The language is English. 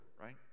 right